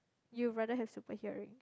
you rather have super hearing